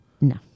No